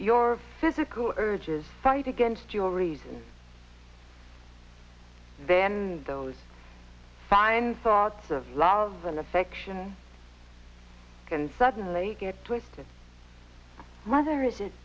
your physical urges fight against your reason then those fine thoughts of love and affection can suddenly get twisted rather is it